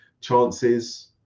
Chances